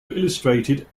illustrated